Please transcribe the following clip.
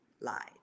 lied